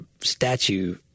statue